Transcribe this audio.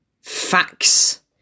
facts